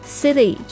city